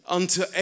unto